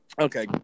Okay